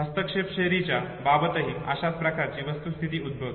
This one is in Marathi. हस्तक्षेप थेअरीच्या बाबतीतही अशाच प्रकारची परिस्थिती उद्भवते